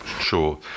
Sure